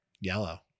yellow